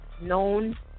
Known